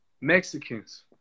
Mexicans